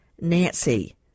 nancy